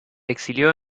exilió